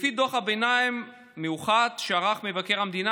לפי דוח ביניים מיוחד שערך מבקר המדינה